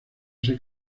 ese